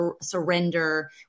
surrender